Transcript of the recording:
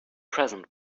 present